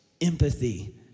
empathy